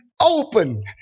open